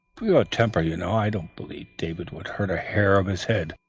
pure temper, you know. i don't believe david would hurt a hair of his head.